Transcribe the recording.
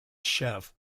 chef